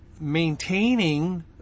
maintaining